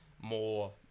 more